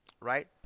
right